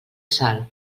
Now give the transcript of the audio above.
sal